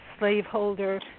Slaveholder